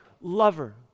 lover